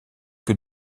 que